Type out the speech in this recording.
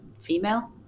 female